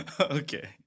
Okay